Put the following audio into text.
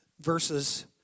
verses